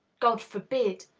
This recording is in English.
god forbid.